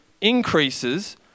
increases